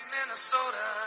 Minnesota